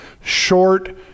short